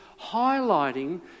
highlighting